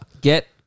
Get